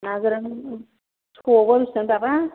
ना गोरान स'आवबा बिसिबां दाबा